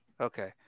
Okay